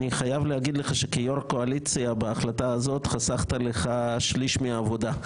אני חייב להגיד לך שכיו"ר קואליציה בהחלטה הזאת חסכת לך שליש מהעבודה.